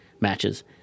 matches